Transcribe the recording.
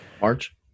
March